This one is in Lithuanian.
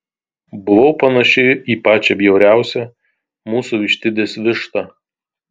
buvau panaši į pačią bjauriausią mūsų vištidės vištą